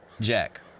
Jack